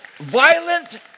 violent